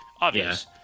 Obvious